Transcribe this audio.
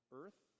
earth